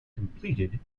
completed